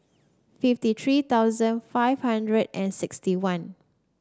fifty three thousand five hundred and sixty one